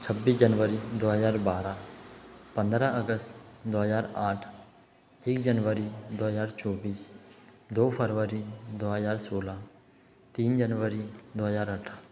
छब्बीस जनवरी दो हज़ार बारह पन्द्रह अगस्त दो हज़ार आठ एक जनवरी दो हज़ार चौबीस दो फरवरी दो हज़ार सोलह तीन जनवरी दो हज़ार अट्ठारह